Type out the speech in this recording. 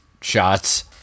shots